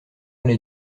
les